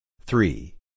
Three